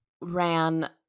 ran